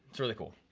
it's really cool.